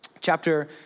chapter